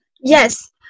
Yes